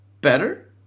better